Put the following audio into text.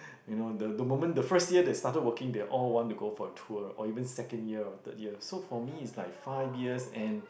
you know the the moment the first year they started working they all want to go for tour or even second year or third year so for me is like five years and